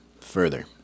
further